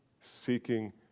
seeking